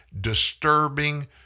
disturbing